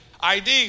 ID